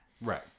right